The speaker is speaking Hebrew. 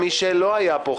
מי שלא היה פה,